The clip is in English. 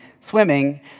swimming